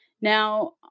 Now